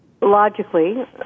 logically